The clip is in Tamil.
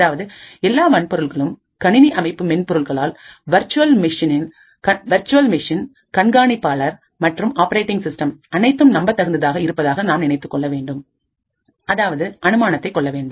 அதாவது எல்லா வன்பொருள்களும்கணினி அமைப்பு மென்பொருள்களானவர்ச்சுவல் மிஷின்கண்காணிப்பாளர் மற்றும் ஆப்பரேட்டிங் சிஸ்டம் அனைத்தும் நம்பத் தகுந்ததாக இருப்பதாக நாம் நினைத்துக் கொள்ள வேண்டும் அதாவது அனுமானத்தை கொள்ளவேண்டும்